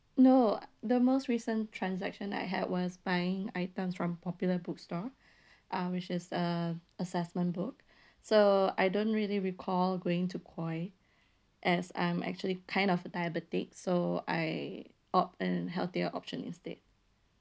no the most recent transaction I had was buying items from popular bookstore uh which is uh assessment book so I don't really recall going to koi as I'm actually kind of a diabetic so I opt an healthier option instead